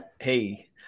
Hey